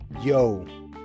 yo